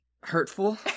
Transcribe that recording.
Hurtful